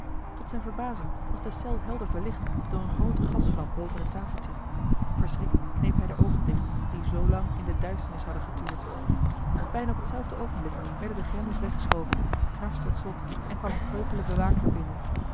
tot zijne verbazing was de cel helder verlicht door eene groote gasvlam boven het tafeltje verschrikt kneep hij de oogen dicht die zoolang in de duisternis hadden getuurd bijna op hetzelfde oogenblik werden de grendels weggeschoven knarste het slot en kwam een kreupele bewaker binnen